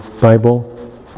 Bible